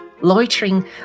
Loitering